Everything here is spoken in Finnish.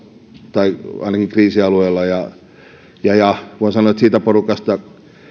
tai ainakin kriisialueella ja ja voin sanoa että siitä porukasta